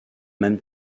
même